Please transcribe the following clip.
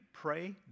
pray